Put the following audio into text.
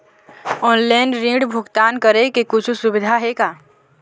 Online ऋण भुगतान करे के कुछू सुविधा हे का?